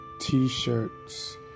t-shirts